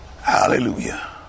Hallelujah